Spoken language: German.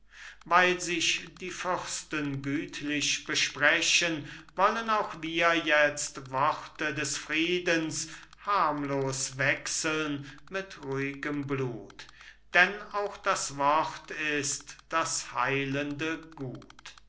weil sich die fürsten gütlich besprechen wollen auch wir jetzt worte des friedens harmlos wechseln mit ruhigem blut denn auch das wort ist das heilende gut